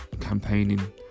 campaigning